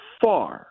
far